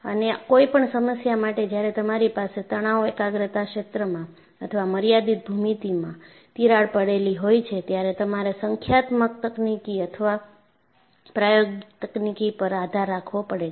અન્ય કોઈપણ સમસ્યા માટે જ્યારે તમારી પાસે તણાવ એકાગ્રતા ક્ષેત્રમાં અથવા મર્યાદિત ભૂમિતિમાં તિરાડ પડેલી હોય છે ત્યારે તમારે સંખ્યાત્મક તકનીક અથવા પ્રાયોગિક તકનીક પર આધાર રાખવો પડે છે